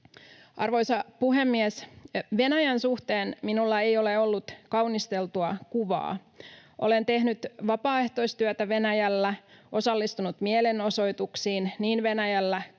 Arvoisa puhemies! Venäjän suhteen minulla ei ole ollut kaunisteltua kuvaa. Olen tehnyt vapaaehtoistyötä Venäjällä, osallistunut mielenosoituksiin niin Venäjällä